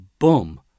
boom